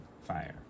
fire